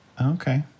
Okay